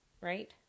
right